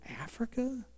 Africa